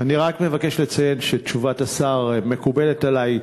אני רק מבקש לציין שתשובת השר מקובלת עלי.